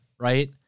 right